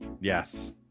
Yes